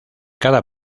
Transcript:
cada